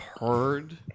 heard